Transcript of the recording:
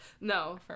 No